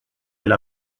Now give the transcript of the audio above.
elle